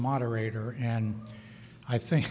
moderator and i think